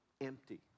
empty